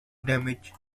damage